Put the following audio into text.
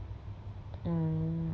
mm